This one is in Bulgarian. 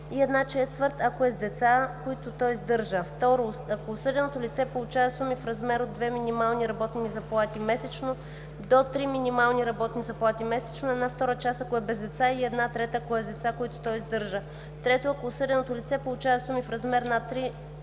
и една четвърт, ако е с деца, които то издържа; 2. ако осъденото лице получава суми в размер от 2 минимални работни заплати месечно до 3 минимални работни заплати месечно – една втора част, ако е без деца, и една трета, ако е с деца, които то издържа; 3. ако осъденото лице получава суми в размер над